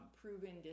proven